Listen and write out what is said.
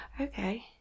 Okay